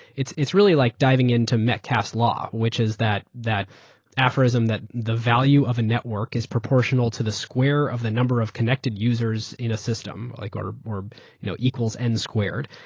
it's it's really like diving into metcalfe's law, which is that that aphorism that the value of a network is proportional to the square of the number of connected users in a system like or or you know equals n squared.